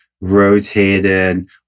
rotated